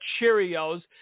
Cheerios